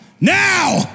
Now